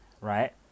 right